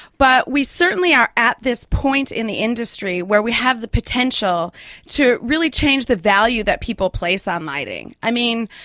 but we certainly are at this point in the industry where we have the potential to really change the value that people place on lighting. i mean,